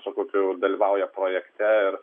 su kokiu dalyvauja projekte ir